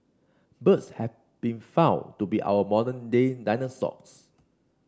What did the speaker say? birds have been found to be our modern day dinosaurs